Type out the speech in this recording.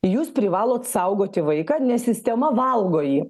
jūs privalot saugoti vaiką nes sistema valgo jį